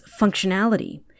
functionality